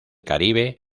caribe